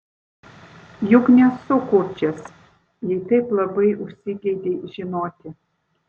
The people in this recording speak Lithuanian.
juk nesu kurčias jei taip labai užsigeidei žinoti